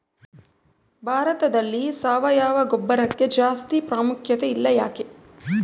ಭಾರತದಲ್ಲಿ ಸಾವಯವ ಗೊಬ್ಬರಕ್ಕೆ ಜಾಸ್ತಿ ಪ್ರಾಮುಖ್ಯತೆ ಇಲ್ಲ ಯಾಕೆ?